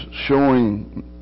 showing